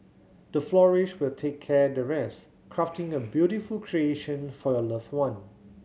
the florist will take care the rest crafting a beautiful creation for your loved one